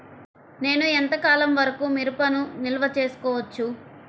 నేను ఎంత కాలం వరకు మిరపను నిల్వ చేసుకోవచ్చు?